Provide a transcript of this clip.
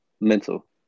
mental